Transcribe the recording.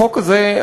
החוק הזה,